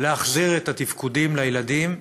להחזיר את התפקודים לילדים,